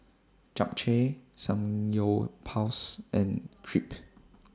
Japchae Samgyeopsal and Crepe